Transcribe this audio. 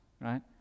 right